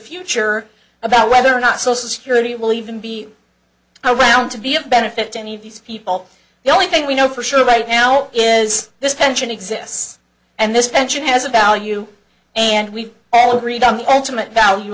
future about whether or not social security will even be around to be of benefit to any of these people the only thing we know for sure right now is this pension exists and this pension has a value and we've all agreed on the ultimate value